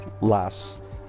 last